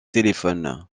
téléphone